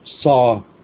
saw